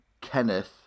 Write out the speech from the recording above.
Kenneth